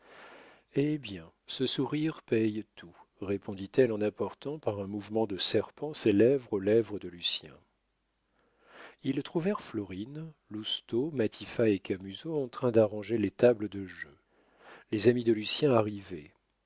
eh bien ce sourire paye tout répondit-elle en apportant par un mouvement de serpent ses lèvres aux lèvres de lucien ils trouvèrent florine lousteau matifat et camusot en train d'arranger les tables de jeu les amis de lucien arrivaient